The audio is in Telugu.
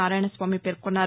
నారాయణస్వామి పేర్కొన్నారు